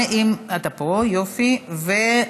8972 ו-8978.